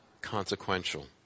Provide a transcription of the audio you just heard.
consequential